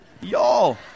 Y'all